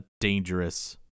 dangerous